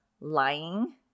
lying